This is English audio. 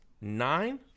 nine